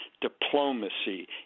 diplomacy